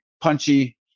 punchy